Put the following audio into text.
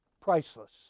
priceless